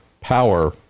power